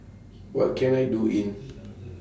What Can I Do in